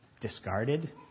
discarded